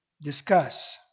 Discuss